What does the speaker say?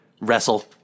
wrestle